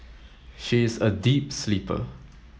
she is a deep sleeper